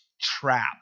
trap